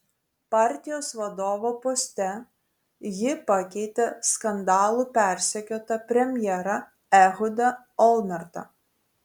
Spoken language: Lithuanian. partijos vadovo poste ji pakeitė skandalų persekiotą premjerą ehudą olmertą